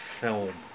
film